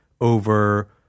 over